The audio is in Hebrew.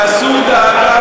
תסור דאגה